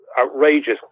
outrageous